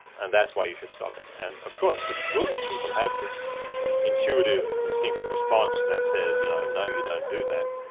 and that's why you should stop him. and of course it's good that people have this intuitive, instinctive response that says, you know no, you don't do that,